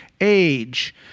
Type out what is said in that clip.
age